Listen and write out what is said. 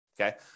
okay